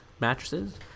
mattresses